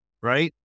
right